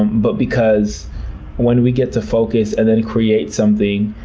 but because when we get to focus and then create something,